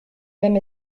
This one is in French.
même